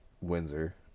Windsor